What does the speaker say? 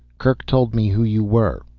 kerk told me who you were.